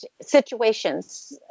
situations